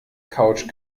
couch